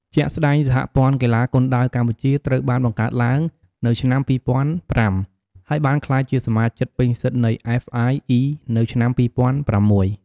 ជាក់ស្តែង សហព័ន្ធកីឡាគុនដាវកម្ពុជា ត្រូវបានបង្កើតឡើងនៅឆ្នាំ ២០០៥ ហើយបានក្លាយជាសមាជិកពេញសិទ្ធិនៃ អ្វេស អាយ អុី នៅឆ្នាំ ២០០៦។